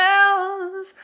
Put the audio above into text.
else